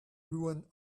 ruin